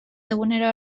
egunero